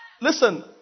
Listen